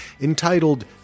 entitled